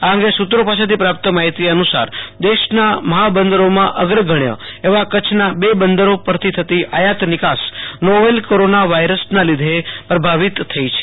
આ અંગે સુ ત્રો પાસેથી પ્રાપ્ત માહિતી અનુ સાર દેશના મહાબંદરીમાં અગ્રસ્થ એવા કચ્છના બે બંદરો પરથી થતી આયતનિકાસ નોવેલ કોરોના વાયરસના લીધે પ્રભાવિત થઈ છે